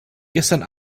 gestern